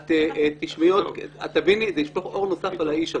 את תביני וזה ישפוך אור נוסף על האיש הזה.